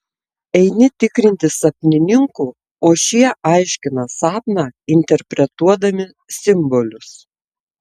eini tikrinti sapnininkų o šie aiškina sapną interpretuodami simbolius